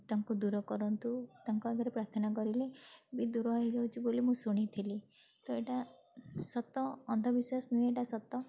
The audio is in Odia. ତାଙ୍କୁ ଦୂର କରନ୍ତୁ ତାଙ୍କ ଆଗରେ ପ୍ରାର୍ଥନା କରିଲେ ବି ଦୂର ହେଇଯାଉଛି ବୋଲି ମୁଁ ଶୁଣିଥିଲି ତ ଏଇଟା ସତ ଅନ୍ଧବିଶ୍ଵାସ ନୁହେଁ ଏଇଟା ସତ